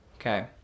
Okay